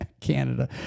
Canada